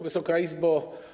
Wysoka Izbo!